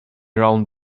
round